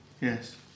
Yes